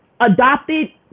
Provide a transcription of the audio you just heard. adopted